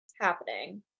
happening